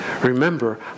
Remember